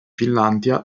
finlandia